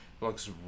looks